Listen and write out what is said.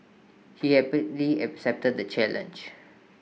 he happily accepted the challenge